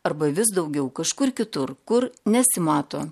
arba vis daugiau kažkur kitur kur nesimato